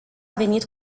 venit